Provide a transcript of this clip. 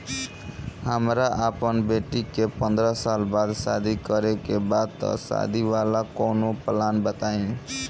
हमरा अपना बेटी के पंद्रह साल बाद शादी करे के बा त शादी वाला कऊनो प्लान बताई?